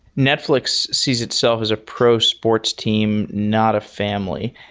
netflix sees itself as a pro sports team, not a family.